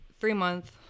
three-month